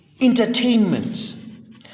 entertainment